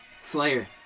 Slayer